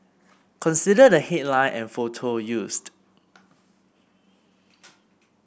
consider the headline and photo used